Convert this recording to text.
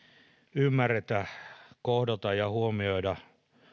ymmärretä kohdata ja huomioida